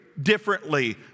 differently